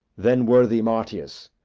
then, worthy marcius,